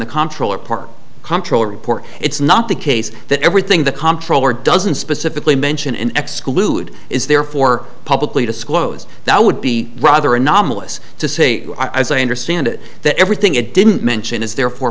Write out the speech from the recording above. the contra part comptroller report it's not the case that everything the comptroller doesn't specifically mention in exclude is therefore publicly disclosed that would be rather anomalous to say as i understand it that everything it didn't mention is therefore